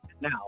now